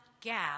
gap